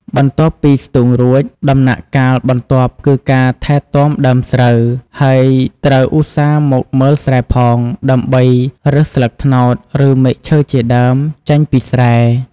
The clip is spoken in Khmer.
បន្ទាប់ពីស្ទូងរួច ដំណាក់កាលបន្ទាប់គឺការថែទាំដើមស្រូវ ហើយត្រូវឧស្សាហ៍មកមើលស្រែផង ដើម្បីរើសស្លឹកត្នោត ឬមែកឈើជាដើម ចេញពីស្រែ។